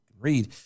read